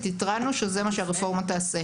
התרענו שזה מה שהרפורמה תעשה.